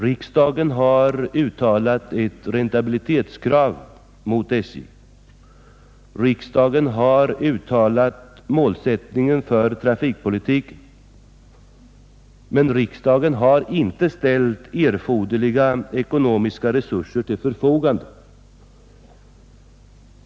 Riksdagen har ställt ett räntabilitetskrav gentemot SJ och fastlagt målsättningen för trafikpolitiken men inte ställt erforderliga ekonomiska resurser till förfogande.